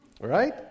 Right